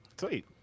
Sweet